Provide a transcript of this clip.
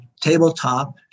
tabletop